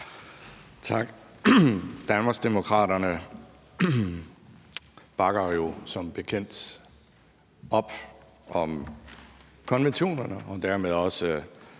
Tak. Danmarksdemokraterne bakker jo som bekendt op om konventionerne og er dermed også